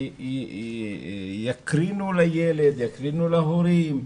שיקרינו לילד, יקרינו להורים.